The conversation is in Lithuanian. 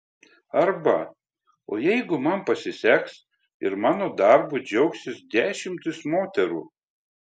arba o jeigu man pasiseks ir mano darbu džiaugsis dešimtys moterų